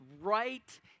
right